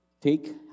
take